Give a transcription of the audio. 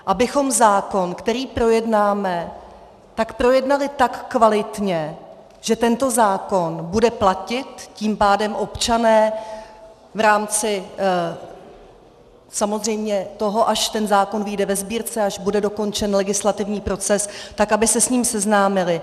Abychom zákon, který projednáme, projednali tak kvalitně, že tento zákon bude platit, tím pádem občané v rámci samozřejmě toho, až ten zákon vyjde ve Sbírce, až bude dokončen legislativní proces, tak aby se s ním seznámili.